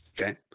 Okay